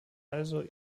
also